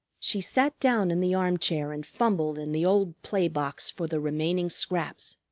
she sat down in the armchair and fumbled in the old play box for the remaining scraps.